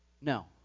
No